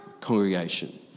congregation